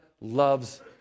loves